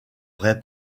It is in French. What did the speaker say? vrai